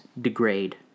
degrade